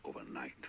overnight